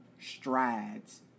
strides